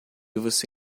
você